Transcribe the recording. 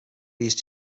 these